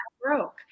broke